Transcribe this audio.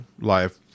life